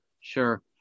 Sure